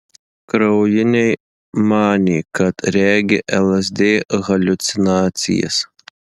kraujiniai manė kad regi lsd haliucinacijas